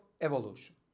evolution